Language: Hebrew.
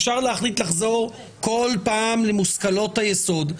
אפשר להחליט לחזור בכל פעם למושכלות היסוד,